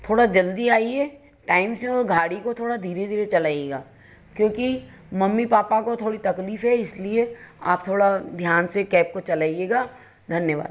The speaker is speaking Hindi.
थोड़ा जल्दी आइए टाइम से वह गाड़ी को थोड़ा धीरे धीरे चलाइएगा क्योंकि मम्मी पापा को थोड़ी तकलीफ है इसलिए आप थोड़ा ध्यान से कैब को चलाइएगा धन्यवाद